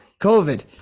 COVID